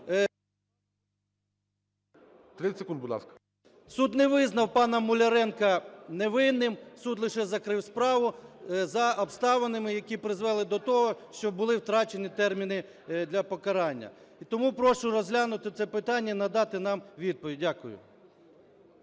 Суд не визнав панаМуляренка поки невинним, суд лише закрив справу за обставинами, які призвели до того, що були втрачені терміни для покарання. І тому прошу розглянути це питання і надати нам відповідь. Дякую.